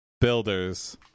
Builders